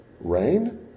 Rain